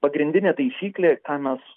pagrindinė taisyklė ką mes